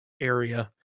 area